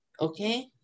Okay